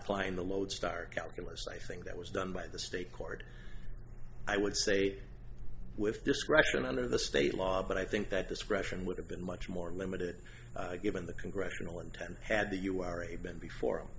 apply in the lodestar calculus i think that was done by the state court i would say with discretion under the state law but i think that discretion would have been much more limited given the congressional intent had the u r a been before